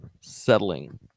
Settling